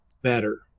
Better